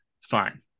fine